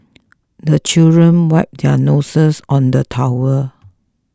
the children wipe their noses on the towel